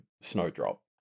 snowdrop